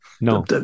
no